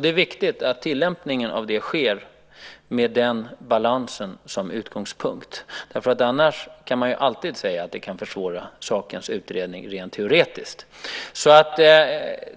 Det är viktigt att tillämpningen sker med den balansen som utgångspunkt. Annars kan man ju alltid säga att det kan försvåra sakens utredning - rent teoretiskt.